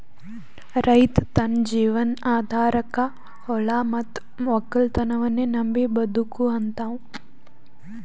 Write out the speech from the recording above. ರೈತ್ ತನ್ನ ಜೀವನ್ ಆಧಾರಕಾ ಹೊಲಾ ಮತ್ತ್ ವಕ್ಕಲತನನ್ನೇ ನಂಬಿ ಬದುಕಹಂತಾವ